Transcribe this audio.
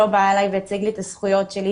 לא בא אלי והציג לי את הזכויות שלי,